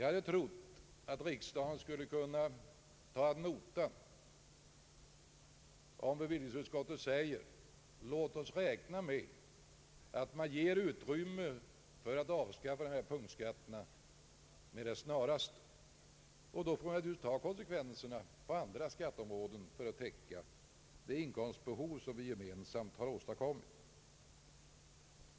Vi hade trott att riksdagen skulle ta ad notam när det i bevillningsutskottets betänkande sägs: låt oss räkna med att det ges utrymme för att med det snaraste avskaffa dessa punktskatter. Därmed får vi naturligtvis ta konsekvenserna på andra skatteområden för att täcka det inkomstbehov som vi gemensamt har åstadkommit.